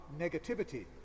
negativity